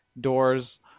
doors